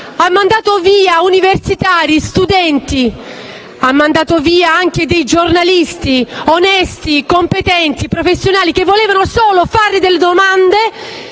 ha mandato via universitari, studenti e anche giornalisti onesti, competenti, professionali che volevano solo fargli delle domande,